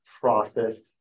process